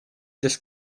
this